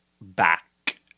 back